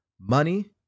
Money